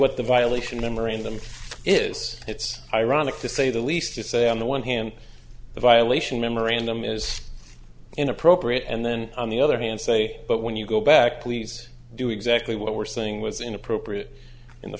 what the violation memorandum is it's ironic to say the least to say on the one hand the violation memorandum is inappropriate and then on the other hand say but when you go back please do exactly what we're saying was inappropriate in the